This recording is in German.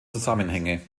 zusammenhänge